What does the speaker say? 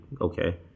okay